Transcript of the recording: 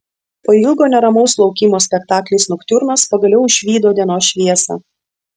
po ilgo neramaus laukimo spektaklis noktiurnas pagaliau išvydo dienos šviesą